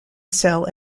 cell